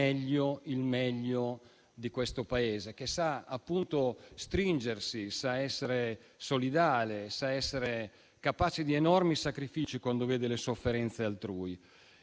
sempre il meglio di questo Paese, che sa appunto stringersi, sa essere solidale, sa essere capace di enormi sacrifici quando vede le sofferenze altrui.